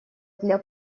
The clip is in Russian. для